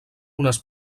unes